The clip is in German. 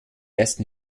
ersten